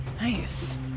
Nice